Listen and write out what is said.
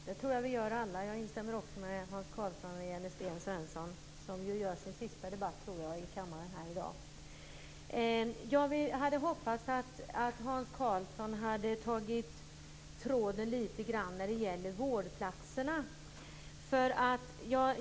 Fru talman! Jag tror att vi alla instämmer med Hans Karlsson när det gäller Sten Svensson, som ju gör sin sista debatt här i kammaren i dag. Jag hade hoppats att Hans Karlsson skulle ta upp tråden när det gällde vårdplatserna.